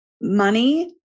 money